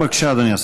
בבקשה, אדוני השר.